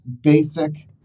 basic